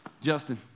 Justin